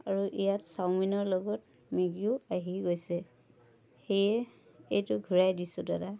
আৰু ইয়াত চাওমিনৰ লগত মেগিও আহি গৈছে সেয়ে এইটো ঘূৰাই দিছো দাদা